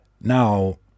Now